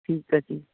ਠੀਕ ਆ ਜੀ